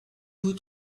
vous